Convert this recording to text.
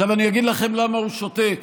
עכשיו אני אגיד לכם למה הוא שותק,